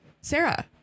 Sarah